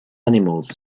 animals